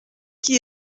qui